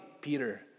Peter